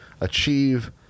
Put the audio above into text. achieve